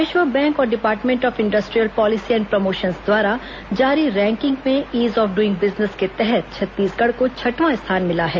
विश्व बैंक और department of industrial policy and promotions द्वारा जारी रैंकिग में ईज ऑफ डुइंग बिजनेस के तहत छत्तीसगढ़ को छठवां स्थान मिला है